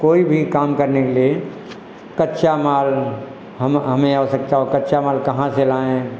कोई भी काम करने के लिए कच्चा माल हम हमें आवश्यकता हो कच्चा माल कहाँ से लाएँ